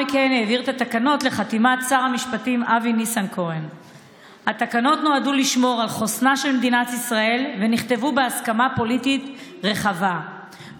השר ניסנקורן, אני מאוד שמחה שאתה נמצא כאן